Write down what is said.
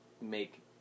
make